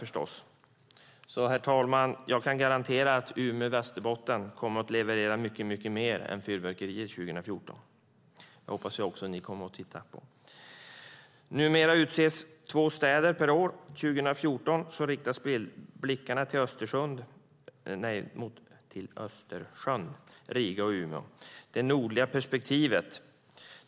Jag kan garantera, herr talman, att Umeå och Västerbotten kommer att leverera mycket mer än fyrverkerier 2014. Jag hoppas också att ni alla kommer och tittar. Numera utses två städer per år, och 2014 riktas blickarna mot Östersjön - Riga och Umeå. Det handlar om det nordliga perspektivet.